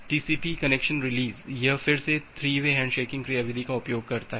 TCP connection release यह फिर से 3 वे हैंडशेकिंग क्रियाविधि का उपयोग करता है